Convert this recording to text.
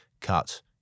cut